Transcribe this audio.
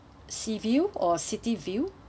sea view or city view